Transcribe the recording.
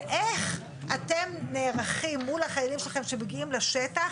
ואיך אתם נערכים מול החיילים שלכם שמגיעים לשטח,